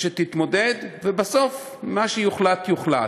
שתתמודד, ובסוף מה שיוחלט, יוחלט.